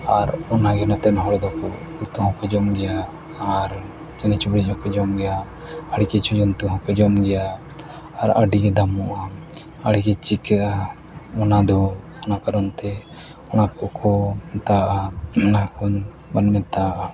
ᱟᱨ ᱚᱱᱟᱜᱮ ᱱᱚᱛᱮ ᱦᱚᱲ ᱫᱚᱠᱚ ᱡᱚᱛᱚ ᱦᱚᱲ ᱠᱚ ᱡᱚᱢ ᱜᱮᱭᱟ ᱟᱨ ᱪᱮᱬᱮ ᱪᱤᱯᱨᱩᱫ ᱦᱚᱸᱠᱚ ᱡᱚᱢ ᱜᱮᱭᱟ ᱟᱹᱰᱤ ᱠᱤᱪᱷᱩ ᱡᱚᱱᱛᱩ ᱦᱚᱸᱠᱚ ᱡᱚᱢ ᱜᱮᱭᱟ ᱟᱨ ᱟᱹᱰᱤ ᱜᱮ ᱫᱟᱢᱚᱜᱼᱟ ᱟᱹᱰᱤ ᱜᱮ ᱪᱤᱠᱟᱹᱜᱼᱟ ᱚᱱᱟ ᱫᱚ ᱚᱱᱟ ᱫᱚ ᱚᱱᱟ ᱠᱟᱨᱚᱱᱛᱮ ᱚᱱᱟ ᱠᱚ ᱠᱚ ᱢᱮᱛᱟᱣᱼᱟ